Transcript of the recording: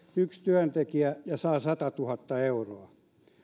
yksi työntekijä ja saa satatuhatta euroa